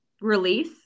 release